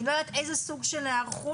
אני לא יודעת איזה סוג של היערכות,